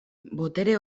botere